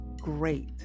great